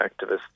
activists